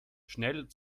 schnell